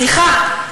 סליחה,